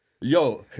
Yo